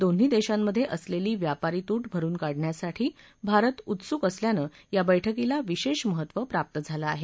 दोन्ही देशांमधे असलेली व्यापारी तूट भरुन काढण्यासाठी भारत उत्सुक असल्यानं या बैठकीला विशेष महत्त्व प्राप्त झालं आहे